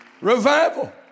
Revival